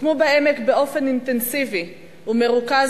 הוקמו בעמק באופן אינטנסיבי ומרוכז